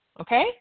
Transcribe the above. Okay